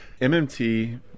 MMT